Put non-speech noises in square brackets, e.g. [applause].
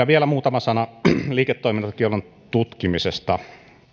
[unintelligible] vielä muutama sana liiketoimintakiellon tutkimisesta